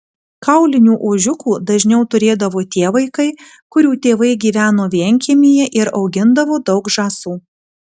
kaulinių ožiukų dažniau turėdavo tie vaikai kurių tėvai gyveno vienkiemyje ir augindavo daug žąsų